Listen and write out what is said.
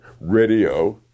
radio